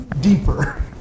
deeper